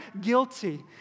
guilty